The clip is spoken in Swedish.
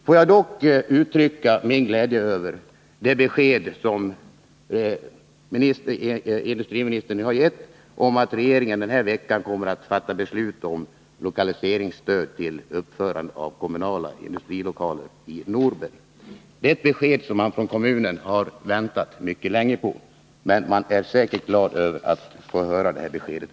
Jag vill dock uttrycka min glädje över det besked som industriministern nu har gett om att regeringen den här veckan kommer att fatta beslut om lokaliseringsstöd till uppförande av kommunala industrilokaler i Norberg. Det är ett besked som man från kommunen mycket länge har väntat på. Säkerligen blir man glad över att få höra det här beskedet.